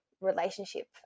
relationship